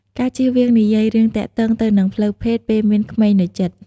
ការជៀសវាងនិយាយរឿងទាក់ទងទៅនឹងផ្លូវភេទ ពេលមានក្មេងនៅជិត។